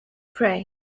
pray